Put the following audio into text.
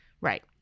Right